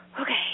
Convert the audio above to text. Okay